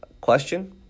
question